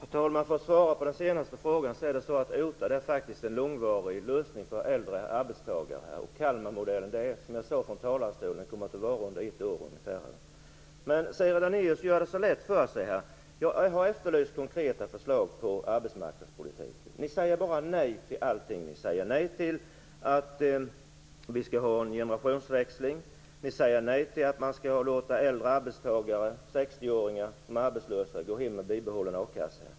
Herr talman! För att börja med den sista frågan är faktiskt OTA en långvarig lösning för äldre arbetstagare. Kalmarmodellen kommer, som jag sade från talarstolen, att vara under ungefär ett år. Siri Dannaeus gör det lätt för sig här. Jag har efterlyst konkreta förslag om arbetsmarknadspolitiken. Ni säger bara nej till allting. Ni säger nej till en generationsväxling. Ni säger nej till att låta äldre arbetstagare, 60-åringar som är arbetslösa, gå hem med bibehållen a-kassa.